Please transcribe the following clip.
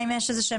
שיעשו